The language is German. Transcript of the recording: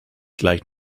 gleich